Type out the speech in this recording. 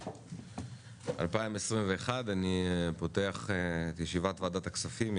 2021. אני פותח את ישיבת ועדת הכספים.